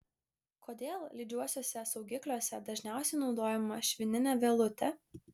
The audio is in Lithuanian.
kodėl lydžiuosiuose saugikliuose dažniausiai naudojama švininė vielutė